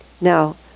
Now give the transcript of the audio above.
Now